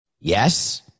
Yes